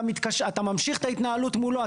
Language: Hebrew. אתה ממשיך את ההתנהלות מולו.